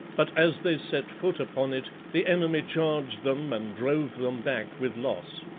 but as they set foot upon it the enemy charged them and drove them back with loss.